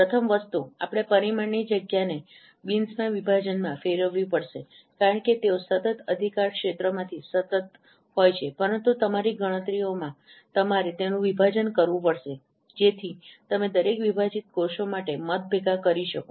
પ્રથમ વસ્તુ આપણે પરિમાણની જગ્યાને બીન્સમાં વિભાજનમાં ફેરવવી પડશે કારણ કે તેઓ સતત અધિકારક્ષેત્ર માંથી સતત હોય છે પરંતુ તમારી ગણતરીઓમાં તમારે તેનું વિભાજન કરવું પડશે જેથી તમે દરેક વિભાજિત કોષો માટે મત ભેગા કરી શકો